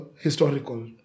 historical